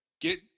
get